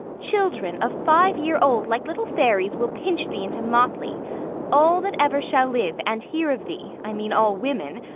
children of five year old, like little fairies, will pinch thee into motley all that ever shall live, and hear of thee, i mean all women,